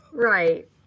Right